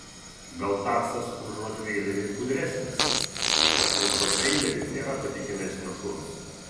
gal taksas už rotveilerį ir gudresnis bet už rotveilerį nėra patikimesnio šuns